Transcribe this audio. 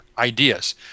ideas